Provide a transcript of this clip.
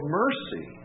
mercy